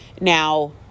Now